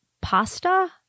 pasta